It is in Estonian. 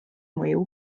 mõju